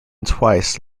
twice